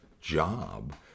job